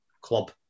club